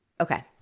Okay